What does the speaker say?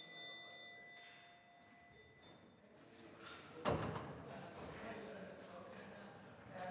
Tak.